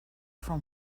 from